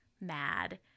mad